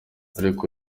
ariko